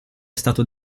stato